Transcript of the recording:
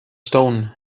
stone